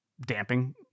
damping